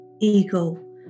ego